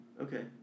Okay